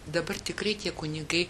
dabar tikrai tie kunigai